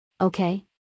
Okay